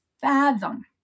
fathom